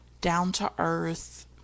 down-to-earth